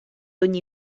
ogni